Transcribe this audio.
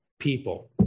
people